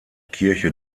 kirche